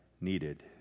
needed